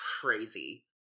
crazy